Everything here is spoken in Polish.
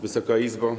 Wysoka Izbo!